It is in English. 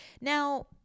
Now